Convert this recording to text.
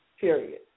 period